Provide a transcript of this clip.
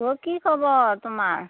অ' কি খবৰ তোমাৰ